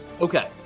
Okay